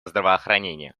здравоохранения